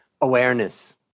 awareness